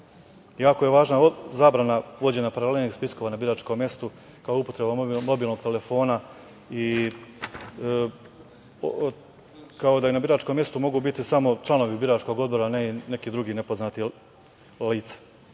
je važna zabrana vođenja paralelnih spiskova na biračkom mestu kao i upotreba mobilnog telefona i kao i da na biračkom mestu mogu biti samo članovi biračkog odbora, a ne i neki drugi nepoznata lica.